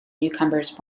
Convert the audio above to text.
newcomers